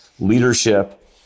Leadership